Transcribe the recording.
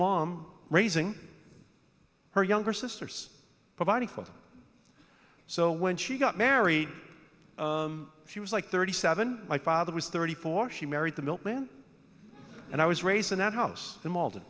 mom raising her younger sisters providing for them so when she got married she was like thirty seven my father was thirty four she married the milkman and i was raised in that house the mal